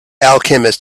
alchemist